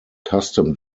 custom